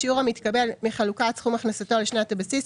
השיעור המתקבל מחלוקת סכום הכנסתו לשנת הבסיס,